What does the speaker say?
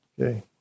Okay